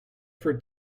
for